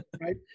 Right